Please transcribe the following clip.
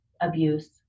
abuse